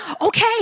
okay